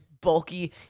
bulky